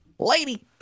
lady